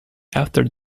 after